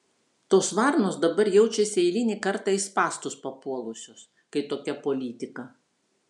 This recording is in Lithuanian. tos varnos dabar jaučiasi eilinį kartą į spąstus papuolusios kai tokia politika